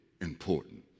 important